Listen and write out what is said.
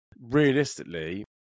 realistically